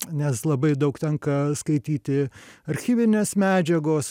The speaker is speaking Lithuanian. nes labai daug tenka skaityti archyvinės medžiagos